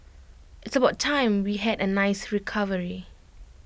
it's about time we had A nice recovery